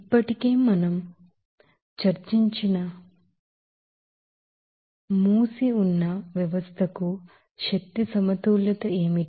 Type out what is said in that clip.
ఇప్పటికే మనం మనలో చర్చించిన క్లోస్డ్ సిస్టంకు ఎనర్జీ బాలన్స్ ఏమిటి